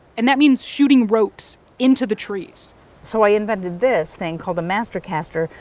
and that means shooting ropes into the trees so i invented this thing called the master caster,